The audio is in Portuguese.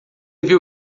viu